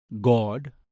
God